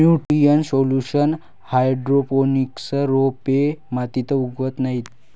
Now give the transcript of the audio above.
nutrient solution hydroponics रोपे मातीत उगवत नाहीत